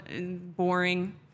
Boring